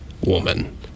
woman